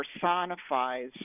personifies